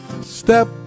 step